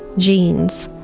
genes,